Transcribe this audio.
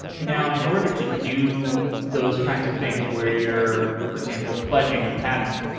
now, in order to do those kinds of things where you're, for example, pledging a patent,